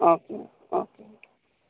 okay okay